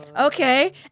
Okay